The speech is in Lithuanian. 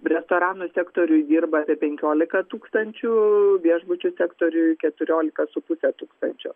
restoranų sektoriuj dirba apie penkiolika tūkstančių viešbučių sektoriuj keturiolika su puse tūkstančio